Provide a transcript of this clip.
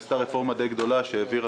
רפורמה גדולה למדי שהעבירה,